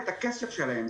את הכסף שלהם,